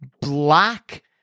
black